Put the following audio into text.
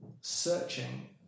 searching